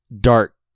Dark